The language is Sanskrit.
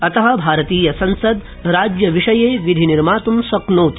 अत भारतीयसंसद राज्यविषये विधिनिर्मातृ शक्नोति